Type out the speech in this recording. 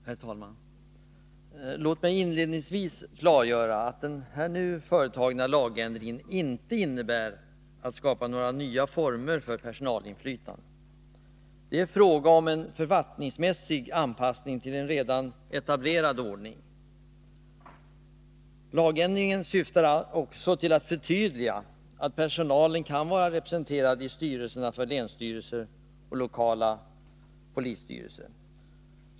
Herr talman! Låt mig inledningsvis klargöra att den företagna lagändringen inte innebär att några nya former för personalinflytande skapas. Det är fråga om en författningsmässig anpassning till en redan sedan lång tid tillbaka etablerad ordning. Lagändringen syftar också till ett förtydligande, nämligen att personalen kan vara representerad i styrelserna för länsstyrelser och lokala polisstyrelser.